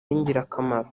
y’ingirakamaro